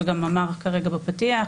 וגם אמר כרגע בפתיח,